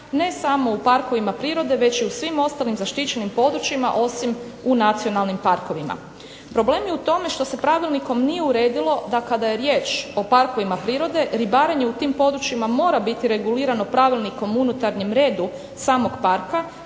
ne samo u parkovima prirode već i u svim ostalim zaštićenim područjima osim u nacionalnim parkovima. Problem je u tome što se pravilnikom nije uredilo da kada je riječ o parkovima prirode ribarenje u tim područjima mora biti regulirano pravilnikom o unutarnjem redu samog parka